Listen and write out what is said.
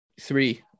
three